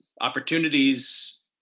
opportunities